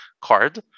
card